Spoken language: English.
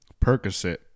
Percocet